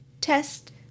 test